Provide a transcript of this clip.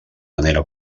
manera